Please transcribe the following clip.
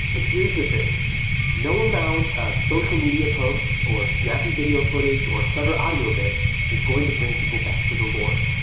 and here's the thing no amount of social media posts or snappy video footage or clever audio bits is going to bring people back to the lord.